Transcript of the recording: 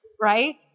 Right